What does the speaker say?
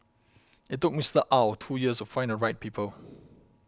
it took Mister Ow two years to find the right people